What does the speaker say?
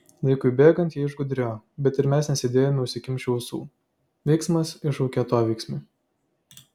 laikui bėgant jie išgudrėjo bet ir mes nesėdėjome užsikimšę ausų veiksmas iššaukia atoveiksmį